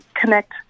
connect